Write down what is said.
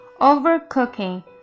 Overcooking